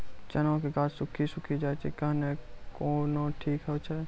चना के गाछ सुखी सुखी जाए छै कहना को ना ठीक हो छै?